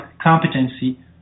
competency